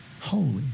Holy